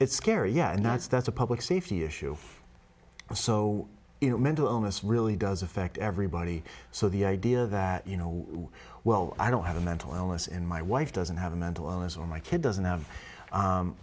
it's scary yeah and that's that's a public safety issue so you know mental illness really does affect everybody so the idea that you know well i don't have a mental illness and my wife doesn't have a mental illness or my kid doesn't have